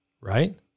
right